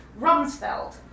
Rumsfeld